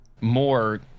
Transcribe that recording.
more